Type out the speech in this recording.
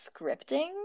scripting